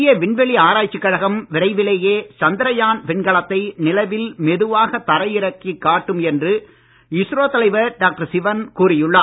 இந்திய விண்வெளி ஆராய்ச்சிக் கழகம் விரைவிலேயே சந்திரயான் விண்கலத்தை நிலவில் மெதுவாக தரை இறக்கிக் காட்டும் என்று இஸ்ரோ தலைவர் டாக்டர் சிவன் கூறியுள்ளார்